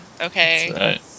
Okay